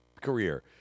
career